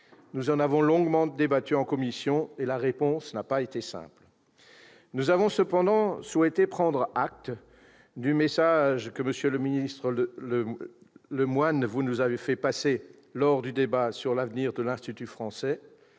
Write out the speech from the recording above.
Nous en avons longuement débattu en commission, et la réponse n'a pas été simple. Nous avons cependant souhaité prendre acte des propos que vous avez tenus lors du débat sur l'avenir de l'Institut français,